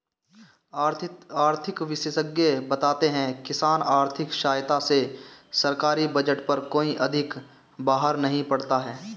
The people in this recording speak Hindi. आर्थिक विशेषज्ञ बताते हैं किसान आर्थिक सहायता से सरकारी बजट पर कोई अधिक बाहर नहीं पड़ता है